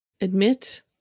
admit